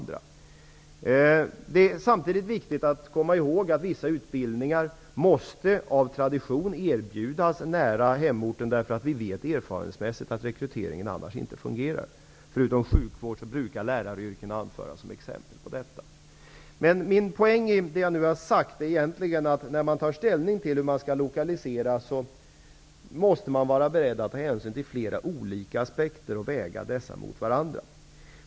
Det är samtidigt viktigt att komma ihåg att vissa utbildningar av tradition måste erbjudas nära hemorten, därför att man erfarenhetsmässigt vet att rekryteringen annars inte fungerar. Förutom sjukvårdsyrken brukar läraryrkena anföras som ett exempel på detta. Men min poäng i det som jag nu har sagt är egentligen att man, när man tar ställning till hur man skall lokalisera, måste vara beredd att ta hänsyn till flera olika aspekter och att väga dessa mot varandra.